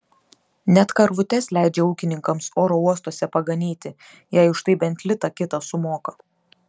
net karvutes leidžia ūkininkams oro uostuose paganyti jei už tai bent litą kitą sumoka